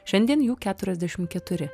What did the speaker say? šiandien jų keturiasdešim keturi